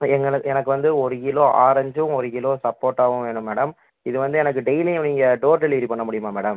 எங்கள் எனக்கு வந்து ஒரு கிலோ ஆரஞ்சும் ஒரு கிலோ சப்போட்டாவும் வேணும் மேடம் இது வந்து எனக்கு டெய்லியும் நீங்கள் டோர் டெலிவரி பண்ண முடியுமா மேடம்